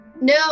no